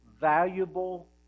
valuable